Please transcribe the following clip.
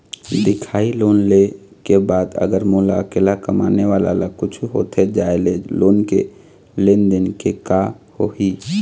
दिखाही लोन ले के बाद अगर मोला अकेला कमाने वाला ला कुछू होथे जाय ले लोन के लेनदेन के का होही?